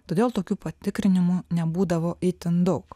todėl tokių patikrinimų nebūdavo itin daug